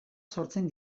sortzen